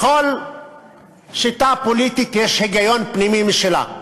לכל שיטה פוליטית יש היגיון פנימי משלה.